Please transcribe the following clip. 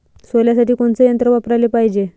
सोल्यासाठी कोनचं यंत्र वापराले पायजे?